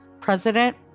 president